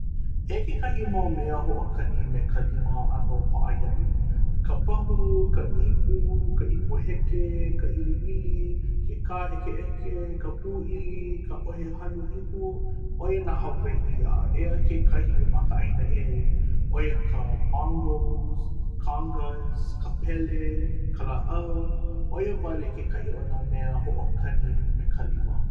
Eia kekahi mau mea hoʻokani me ka lima ʻano paʻa iaʻu. Ka pahu, ka ipu, ka ipu heke, ka ʻiliʻili, ke kāʻekeʻeke, ka pūʻili, ka ʻohe hano ihu, ʻoia nā Hawaiʻi a eia kekahi ma ka ʻāina ʻē. ʻOia ka Bongos, congas, ka pele, ka lāʻau. ʻOia wale kekahi o nā mea hoʻokani me ka lima.